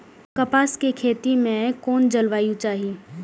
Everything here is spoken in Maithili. कपास के खेती में कुन जलवायु चाही?